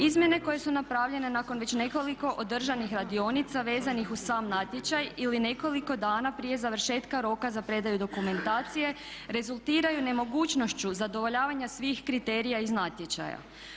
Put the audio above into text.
Izmjene koje su napravljene nakon već nekoliko održanih radionica vezanih uz sam natječaj ili nekoliko dana prije završetka roka za predaju dokumentacije rezultiraju nemogućnošću zadovoljavanja svih kriterija iz natječaja.